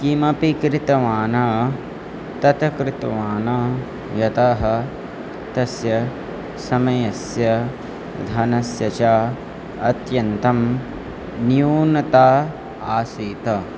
किमपि कृतवान् तत् कृतवान् यतः तस्य समयस्य धनस्य च अत्यन्तं न्यूनता आसीत्